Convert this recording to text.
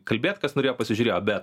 kalbėt kas norėjo pasižiūrėjo bet